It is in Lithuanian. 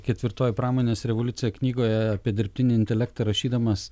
ketvirtoji pramonės revoliucija knygoje apie dirbtinį intelektą rašydamas